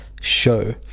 show